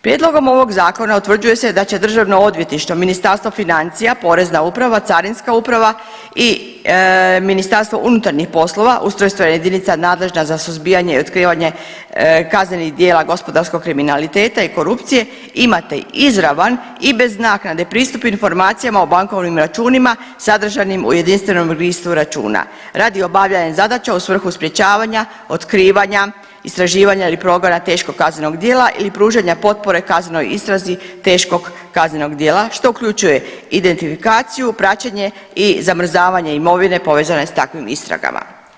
Prijedlogom ovog zakona utvrđuje se da će Državno odvjetništvo, Ministarstvo financija, Porezna uprava, Carinska uprava i MUP ustrojstvena jedinica nadležna za suzbijanje i otkrivanje kaznenih djela gospodarskog kriminaliteta i korupcije imati izravan i bez naknade pristup informacijama o bankovnim računima sadržanim u jedinstvenom registru računa, radi obavljanja zadaća u svrhu sprječavanja, otkrivanja, istraživanja ili progona teškog kaznenog djela ili pružanja potpore kaznenoj istrazi teškog kaznenog djela što uključuje identifikaciju, praćenje i zamrzavanje imovine povezane s takvim istragama.